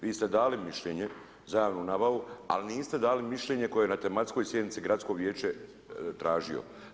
Vi ste dali mišljenje za javnu nabavu ali niste dali mišljenje koje je na tematskoj sjednici gradsko vijeće tražio.